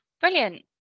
brilliant